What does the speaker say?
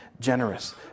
generous